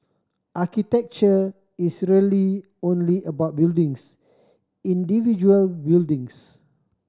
architecture is really only about buildings individual buildings